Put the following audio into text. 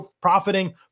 profiting